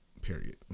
period